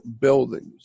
buildings